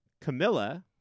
Camilla